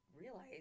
realize